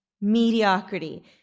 mediocrity